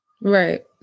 Right